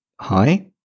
Hi